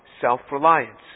self-reliance